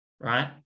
right